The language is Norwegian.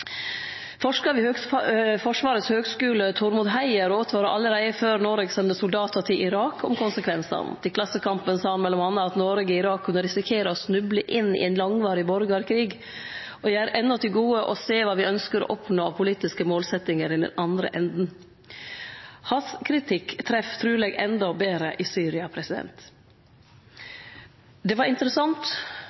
landet. Forskar ved Forsvarets høgskole Tormod Heier åtvara allereie før Noreg sende soldatar til Irak, om konsekvensane. Til Klassekampen sa han m.a. at Noreg i Irak kunne «risikere å snuble inn i en langvarig borgerkrig, og jeg har ennå til gode å se hva vi ønsker å oppnå av politiske målsettinger i den andre enden». Kritikken hans treff truleg endå betre i Syria. Det var interessant